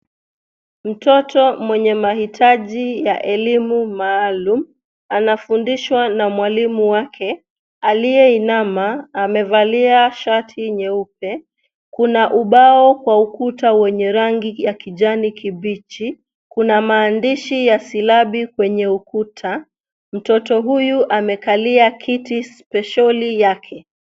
Mtoto mwenye mahitaji ya elimu maalum anafundishwa na mwalimu wake aliyeinama, amevalia shati nyeupe. Kuna ubao kwa ukuta wenye rangi ya kijani kibichi. Kuna maandishi ya silabi kwenye ukuta. Mtoto huyu amekalia kiti spesheli yake.